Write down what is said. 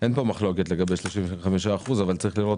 אין פה מחלוקת לגבי עניין ה-35% אבל צריך לראות